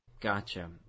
Gotcha